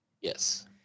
Yes